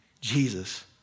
Jesus